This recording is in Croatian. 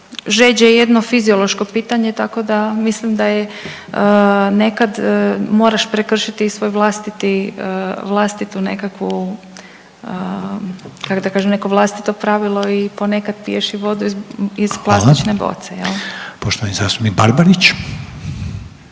žeđ je jedno fiziološko pitanje tako da mislim da je nekad moraš prekršiti i svoj vlastiti, vlastitu nekakvu kako da kažem neko vlastito pravilo i ponekad piješ vodu iz plastične boce jel. **Reiner, Željko (HDZ)** Hvala. Poštovani zastupnik Barbarić: